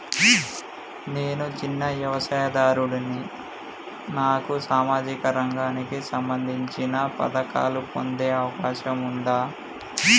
నేను చిన్న వ్యవసాయదారుడిని నాకు సామాజిక రంగానికి సంబంధించిన పథకాలు పొందే అవకాశం ఉందా?